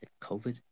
COVID